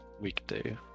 weekday